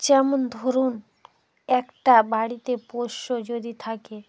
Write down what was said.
যেমন ধরুন একটা বাড়িতে পোষ্য যদি থাকে